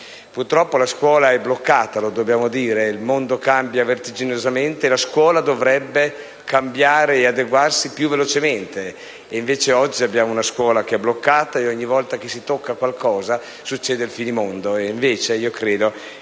Purtroppo, la scuola è bloccata, dobbiamo dirlo. Il mondo cambia a ritmi vertiginosi e la scuola dovrebbe cambiare e adeguarsi velocemente. Invece, oggi abbiamo una scuola bloccata e ogni volta che si tocca qualcosa succede il finimondo.